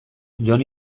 jon